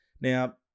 Now